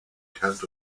counts